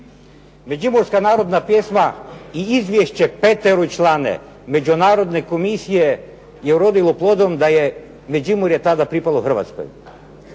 Međimurska narodna pjesma i izvješće peteročlane međunarodne komisije je urodilo plodom da je Međimurje tada pripalo Hrvatskoj.